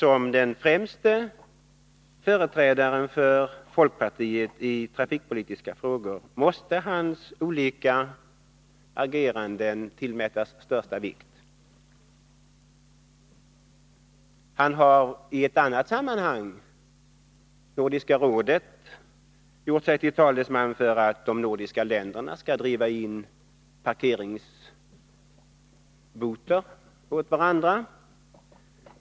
Som den främste företrädaren för folkpartiet i trafikpolitiska frågor måste hans agerande i dessa avseenden tillmätas största vikt. Han har i ett annat sammanhang — Nordiska rådet — gjort sig till talesman för att de nordiska länderna skall driva in parkeringsböter åt varandra.